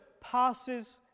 passes